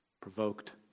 provoked